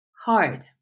hard